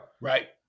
Right